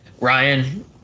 Ryan